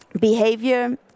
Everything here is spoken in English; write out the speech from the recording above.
behavior